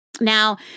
Now